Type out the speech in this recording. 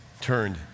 Turned